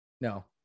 No